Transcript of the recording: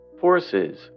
forces